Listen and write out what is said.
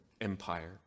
Empire